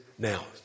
Now